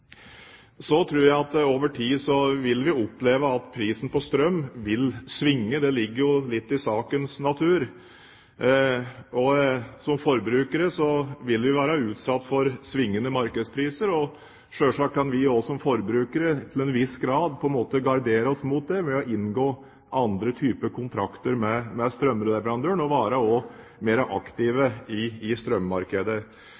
Så tror jeg at vi over tid vil oppleve at prisen på strøm vil svinge – det ligger litt i sakens natur. Som forbrukere vil vi være utsatt for svingende markedspriser. Selvsagt kan vi som forbrukere til en viss grad gardere oss mot det ved å inngå andre typer kontrakter med strømleverandøren og